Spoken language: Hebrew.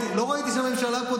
כמה?